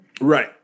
Right